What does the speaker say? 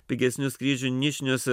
pigesnių skrydžių nišiniuose